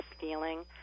feeling